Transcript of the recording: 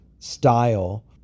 style